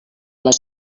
les